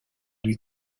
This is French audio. lui